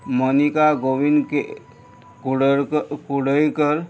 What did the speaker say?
Monica Govind के कुडरक कुडयकर